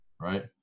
right